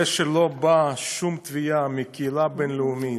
זה שלא באה שום תביעה מהקהילה הבין-לאומית,